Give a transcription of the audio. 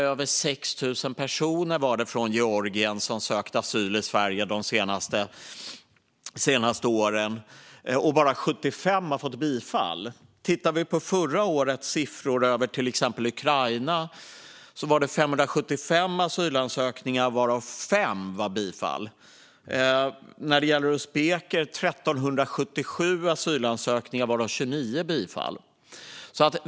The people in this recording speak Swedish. Över 6 000 personer från Georgien hade sökt asyl i Sverige de senaste åren, och bara 75 hade fått bifall. Tittar vi på förra årets siffror över exempelvis Ukraina kan vi konstatera att det var 575 asylansökningar varav 5 fick bifall. När det gäller uzbeker var det 1 377 asylansökningar och 29 bifall.